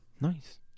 Nice